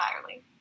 entirely